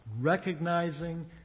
Recognizing